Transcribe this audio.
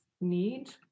need